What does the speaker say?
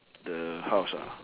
the house ah